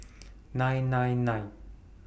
nine nine nine